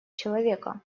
человека